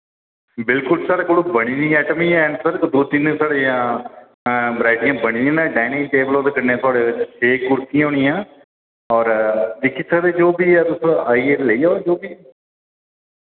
बिल्कुल साढ़े कोल बनी दी आइटम बी हैन सर कोई दो तिन सर इय्यां वेरायटियां बनी दियां न डाइनिंग टेबल ओह्दे कन्नै थुआढ़े छे कुर्सियां होनियां और दिक्खी सकदे जो बी ऐ तुस आइयै ते लेई जाओ जो बी